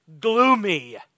gloomy